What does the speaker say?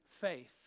faith